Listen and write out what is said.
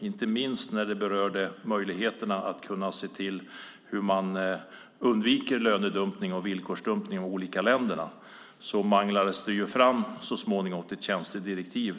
Inte minst när det gällde möjligheterna att undvika lönedumpning och villkorsdumpning i de olika länderna manglades det så småningom fram ett tjänstedirektiv.